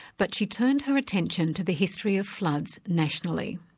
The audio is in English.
but she turned her attention to the history of floods, nationally.